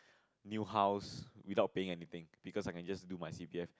new house without paying anything because I can just do my C_P_F